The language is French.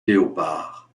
léopard